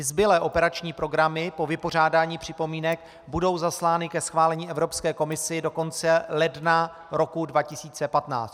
Zbylé operační programy po vypořádání připomínek budou zaslány ke schválení Evropské komisi do konce ledna roku 2015.